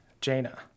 Jaina